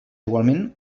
igualment